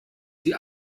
sie